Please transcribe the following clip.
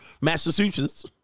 Massachusetts